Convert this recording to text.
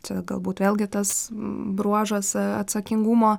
čia galbūt vėlgi tas bruožas atsakingumo